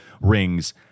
rings